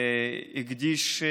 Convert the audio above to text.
הקדיש,